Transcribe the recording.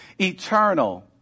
eternal